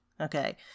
okay